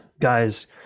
guys